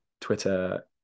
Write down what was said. twitter